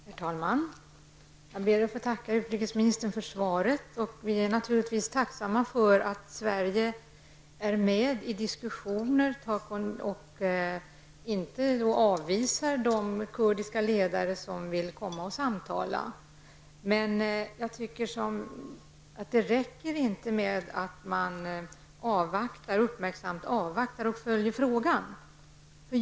Herr talman! Jag ber att få tacka utrikesministern för svaret. Vi är naturligtvis tacksamma för att Sverige är med i diskussioner och inte avvisar de kurdiska ledare som vill komma hit för samtal. Men jag tycker inte att det räcker att uppmärksamt avvakta och följa frågan.